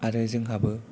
आरो जोंहाबो